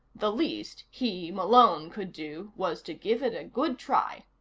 the least he, malone, could do was to give it a good try.